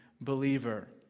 believer